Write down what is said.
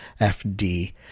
FD